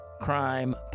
crime